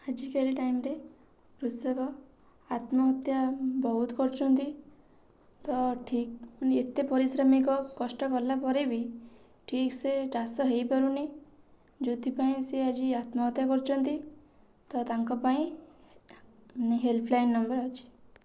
ଆଜିକାଲି ଟାଇମ୍ରେ କୃଷକ ଆତ୍ମହତ୍ୟା ବହୁତ କରୁଛନ୍ତି ତ ଠିକ ମାନେ ଏତେ ପରିଶ୍ରମିକ କଷ୍ଟ କଲା ପରେ ବି ଠିକ ସେ ଚାଷ ହେଇପାରୁନି ଯେଉଁଥି ପାଇଁ ସେ ଆଜି ଆତ୍ମହତ୍ୟା କରୁଛନ୍ତି ତ ତାଙ୍କ ପାଇଁ ହେଲ୍ପ ଲାଇନ୍ ନମ୍ବର୍ ଅଛି